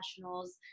professionals